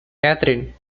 catherine